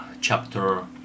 chapter